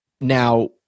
Now